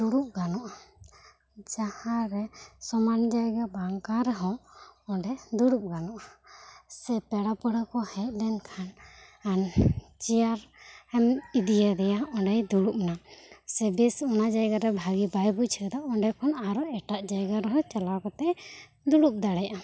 ᱫᱩᱲᱩᱵ ᱜᱟᱱᱚᱜ ᱟ ᱡᱟᱦᱟᱸ ᱨᱮ ᱥᱚᱢᱟᱱ ᱡᱟᱭᱜᱟ ᱵᱟᱝ ᱠᱟᱱ ᱨᱮᱦᱚᱸ ᱚᱸᱰᱮ ᱫᱩᱲᱩᱵ ᱜᱟᱱᱚᱜ ᱟ ᱥᱮ ᱯᱮᱲᱟ ᱯᱟᱹᱱᱦᱟᱹ ᱠᱚ ᱦᱮᱡ ᱞᱮᱱᱠᱷᱟᱱ ᱪᱮᱭᱟᱨᱮᱢ ᱤᱫᱤ ᱟᱫᱮᱭᱟ ᱚᱸᱰᱮᱭ ᱫᱩᱲᱩᱵ ᱮᱱᱟ ᱥᱮ ᱵᱮᱥ ᱚᱱᱟ ᱡᱟᱭᱜᱟ ᱨᱮ ᱵᱷᱟᱹᱜᱮ ᱵᱟᱭ ᱵᱩᱡᱷᱟᱹᱣᱫᱟ ᱥᱮ ᱚᱸᱰᱮ ᱠᱷᱚᱱ ᱮᱴᱟᱜ ᱡᱟᱭᱜᱟ ᱨᱮᱦᱚᱸ ᱪᱟᱞᱟᱣ ᱠᱟᱛᱮᱭ ᱫᱩᱲᱩᱵ ᱫᱟᱲᱮᱭᱟᱜᱼᱟ